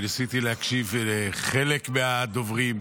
וניסיתי להקשיב לחלק מהדוברים.